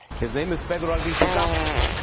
his name is pedro albizu campos.